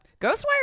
Ghostwire